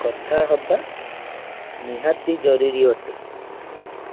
କଥା ହେବା ନିହାତି ଜରୁରୀ ଅଟେ